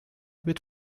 wird